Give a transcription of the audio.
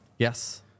Yes